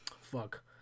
fuck